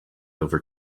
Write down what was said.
over